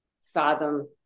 fathom